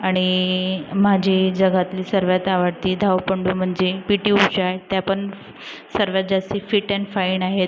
आणि माझी जगातली सर्वात आवडती धावपटू म्हणजे पीटी उषा आहे त्यापण सर्वात जास्ती फिट अँड फाईण आहेत